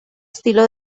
estilo